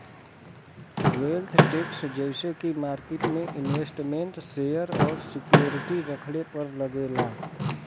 wealth tax जइसे की market में इन्वेस्टमेन्ट शेयर और सिक्योरिटी रखले पर लगेला